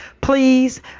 please